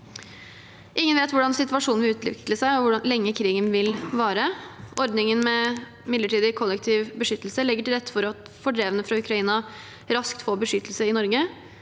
Ingen vet hvordan situasjonen vil utvikle seg, og hvor lenge krigen vil vare. Ordningen med midlertidig kollektiv beskyttelse legger til rette for at fordrevne fra Ukraina raskt får beskyttelse i Norge.